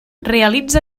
realitza